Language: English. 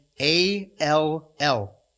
A-L-L